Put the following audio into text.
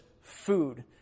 food